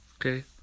Okay